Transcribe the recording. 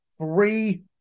three